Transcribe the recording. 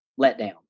letdown